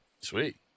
Sweet